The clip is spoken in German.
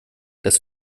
das